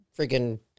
freaking